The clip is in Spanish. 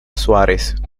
suárez